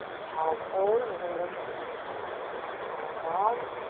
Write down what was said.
cow pose, as i look at my cow dog.